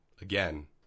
Again